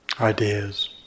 ideas